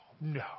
no